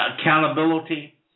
accountability